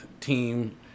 team